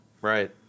Right